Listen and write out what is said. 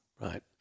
Right